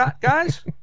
Guys